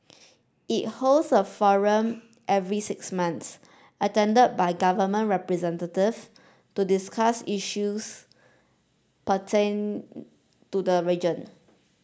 it holds a forum every six months attended by government representative to discuss issues putting to the region